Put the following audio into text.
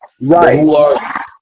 right